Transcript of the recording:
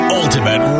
ultimate